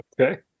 okay